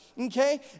Okay